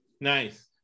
nice